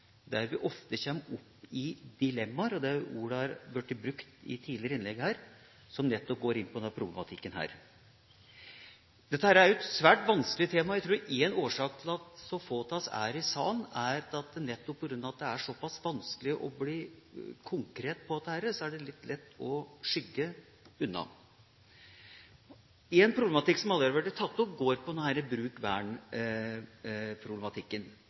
der vi ofte kommer opp i dilemmaer – og det ordet har blitt brukt i tidligere innlegg her – som nettopp går på denne problematikken. Dette er et svært vanskelig tema, og jeg tror at en årsak til at så få av oss er i salen, er nettopp at det er såpass vanskelig å bli konkret på dette, og da er det litt lett å skygge unna. En problematikk, som allerede har blitt tatt opp, går på